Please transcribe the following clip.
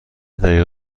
دقیقه